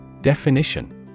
Definition